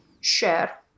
share